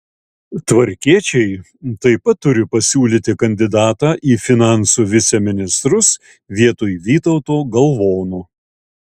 tvarkiečiai taip pat turi pasiūlyti kandidatą į finansų viceministrus vietoj vytauto galvono